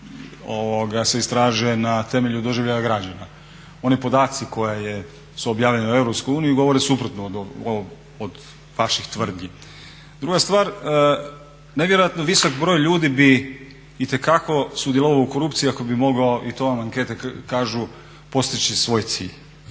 se istražuje na temelju doživljaja građana. Oni podaci koji su objavljeni u EU govore suprotno od vaših tvrdnji. Druga stvar ne vjerojatno visok broj ljudi bi itekako sudjelovao u korupciji ako bi mogao i to vam ankete kažu postići svoj cilj.